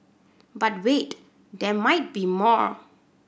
but wait there might be more